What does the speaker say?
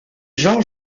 jean